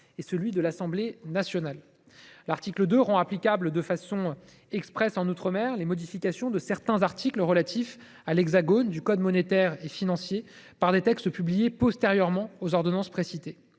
la commission mixte paritaire. L’article 2 rend applicables de façon expresse en outre mer les modifications opérées à certains articles relatifs à l’Hexagone du code monétaire et financier par des textes publiés postérieurement aux ordonnances précitées.